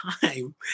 time